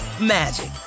magic